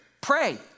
pray